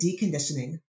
deconditioning